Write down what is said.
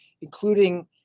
including